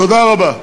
תודה רבה.